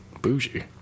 Bougie